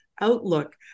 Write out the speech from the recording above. outlook